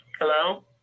Hello